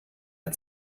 der